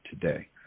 today